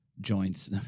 joints